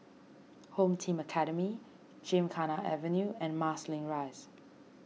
Home Team Academy Gymkhana Avenue and Marsiling Rise